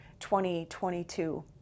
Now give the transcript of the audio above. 2022